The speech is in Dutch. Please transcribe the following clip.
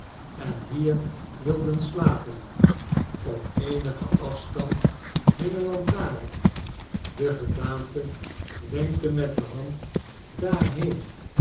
en hier wilden slapen op eenigen afstand hing eene lantaarn de gedaante wenkte met de hand daarheen